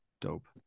Dope